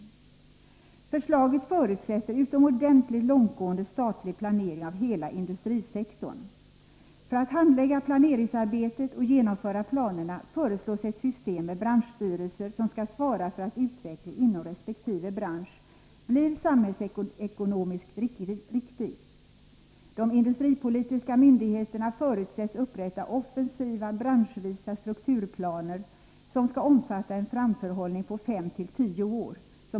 Förslaget förutsätter utomordentligt långtgående statlig planering av hela industrisektorn. För att handlägga planeringsarbetet och genomföra planerna föreslås ett system med branschstyrelser, som skall svara för att utvecklingen inom resp. bransch blir samhällsekonomiskt riktig. De industripolitiska myndigheterna förutsätts branschvis upprätta offensiva strukturplaner, som skall omfatta en framförhållning på fem till tio år.